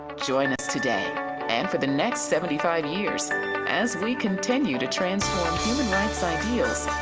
join us today and for the next seventy five years as we continue to trans form human rights ideals.